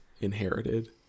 inherited